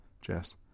Jess